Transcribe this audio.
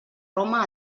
roma